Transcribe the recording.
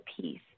peace